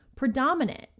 predominant